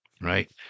Right